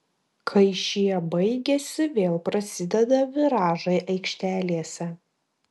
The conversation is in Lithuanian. kai šie baigiasi vėl prasideda viražai aikštelėse